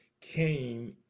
came